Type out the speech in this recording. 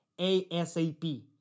ASAP